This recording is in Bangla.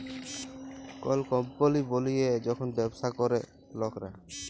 কল কম্পলি বলিয়ে যখল ব্যবসা ক্যরে লকরা